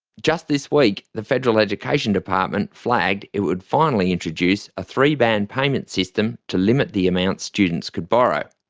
just this week the federal education department flagged it would finally introduce a three-band payment system to limit the amount students could borrow.